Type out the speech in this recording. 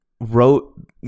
wrote –